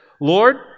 Lord